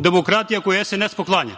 demokratija koju SNS poklanja?